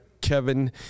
Kevin